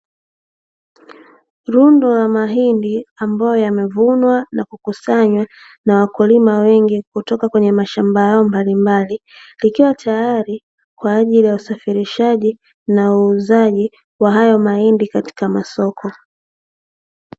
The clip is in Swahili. Rundo la mahindi ambayo yamevunwa na kukusanywa na wakulima wengi kutoka kwenye mashamba yao mbalimbali, likiwa tayari kwa ajili ya usafirishaji na uuzaji wa hayo mahindi katika masoko.